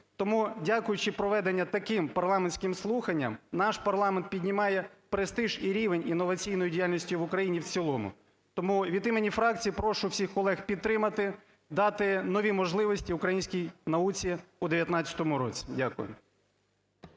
Тому дякуючи проведенню таких парламентських слухань, наш парламент піднімає престиж і рівень інноваційної діяльності в Україні в цілому. Тому від імені фракції прошу всіх колег підтримати, дати нові можливості українській науці у 2019 році. Дякую.